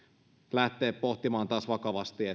lähteä pohtimaan taas vakavasti